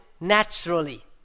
naturally